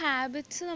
Habits